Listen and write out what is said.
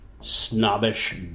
snobbish